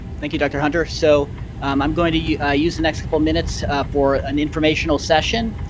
thank you, dr. hunter. so i'm going to yeah use the next couple minutes for an informational session,